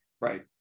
Right